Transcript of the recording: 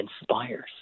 inspires